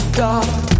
dark